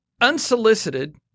unsolicited